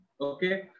okay